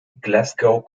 glasgow